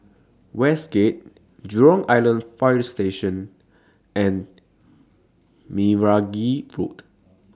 Westgate Jurong Island Fire Station and Meragi Road